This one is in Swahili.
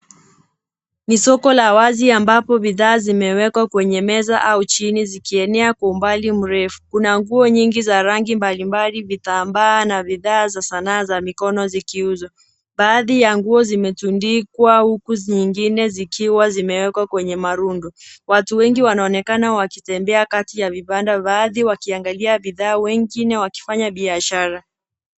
Ni soko la wazi ambapo bidhaa zimewekwa kwenye meza au chini zikienea kwa umbali mrefu. Kuna nguo nyingi za rangi mbalimbali, vitambaa na bidhaa za sanaa za mikono zikiuzwa. Baadhi ya nguo zimetundikwa huku zingine zikiwa zimewekwa kwenye marundo. Watu wengi wanaonekana wakitembea kati ya vibanda, baadhi wakiangalia bidhaa, wengine wakifanya biashara.